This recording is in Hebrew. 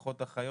פחות אחיות,